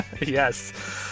Yes